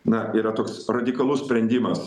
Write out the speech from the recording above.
na yra toks radikalus sprendimas